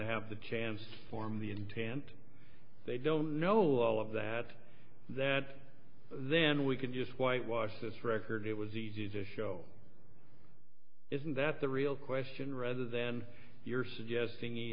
have the chance form the intent they don't know all of that that then we could just whitewash this record it was easy to show isn't that the real question rather than you're suggesting he